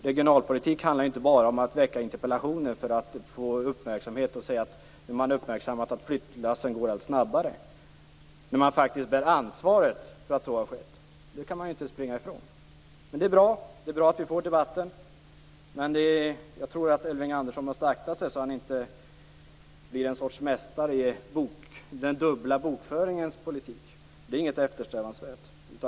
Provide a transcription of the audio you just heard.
Regionalpolitik handlar inte bara om att framställa interpellationer för att få uppmärksamhet och säga att man har lagt märke till att flyttlassen går allt snabbare, när man bär ansvaret för att så har skett. Det kan man inte springa från. Det är bra att vi får debatten, men jag tror att Elving Andersson måste akta sig så att han inte blir en mästare i den dubbla bokföringens politik. Det är inte eftersträvansvärt.